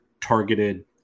targeted